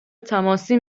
تماسی